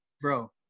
Bro